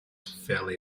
fairly